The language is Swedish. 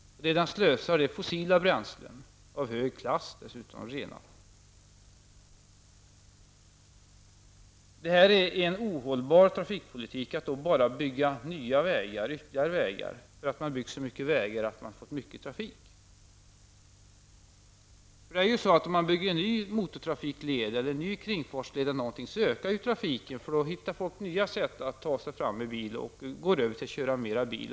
Den slösar med fossila bränslen, av hög klass dessutom, dvs. renade bränslen. Det är en ohållbar trafikpolitik att bara bygga nya vägar för att man byggt så mycket vägar att man fått mycket trafik. Det är ju så att om man bygger en ny motortrafikled eller en ny kringfartsled, ökar trafiken, för då hittar folk nya sätt att ta sig fram med bil och går över till att köra mer bil.